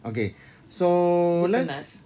okay so let's